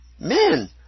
Men